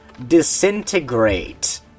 Disintegrate